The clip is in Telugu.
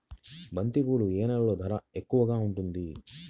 బంతిపూలు ఏ నెలలో ధర ఎక్కువగా ఉంటుంది?